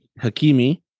Hakimi